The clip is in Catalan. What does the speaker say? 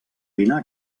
dinar